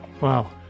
Wow